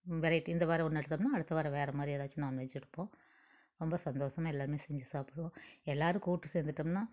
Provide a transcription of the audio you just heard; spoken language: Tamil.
வெரைட்டி இந்த வாரம் ஒன்று எடுத்தோம்னால் அடுத்த வாரம் வேற மாதிரி ஏதாச்சும் நாண்வெஜ் எடுப்போம் ரொம்ப சந்தோசமாக எல்லாருமே செஞ்சு சாப்பிடுவோம் எல்லாரும் கூட்டு சேர்ந்துட்டோம்னா